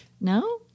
No